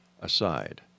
aside